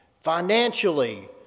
financially